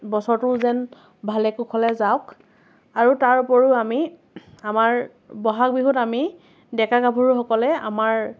বছৰটো যেন ভালে কুশলে যাওক আৰু তাৰ উপৰিও আমি আমাৰ ব'হাগ বিহুত আমি ডেকা গাভৰুসকলে আমাৰ